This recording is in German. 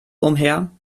umher